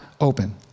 open